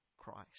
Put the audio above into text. Christ